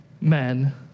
men